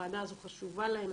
הוועדה הזאת חשובה להם.